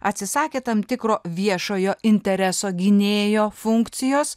atsisakė tam tikro viešojo intereso gynėjo funkcijos